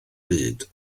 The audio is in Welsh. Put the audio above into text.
byd